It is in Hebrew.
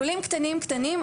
לולים קטנים קטנים,